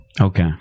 Okay